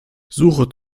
suche